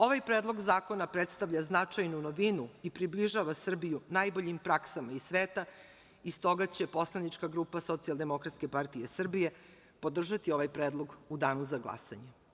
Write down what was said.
Ovaj predlog zakona predstavlja značajnu novinu i približava Srbiju najboljim praksama iz sveta i s toga će poslanička grupa SPS podržati ovaj predlog u Danu za glasanje.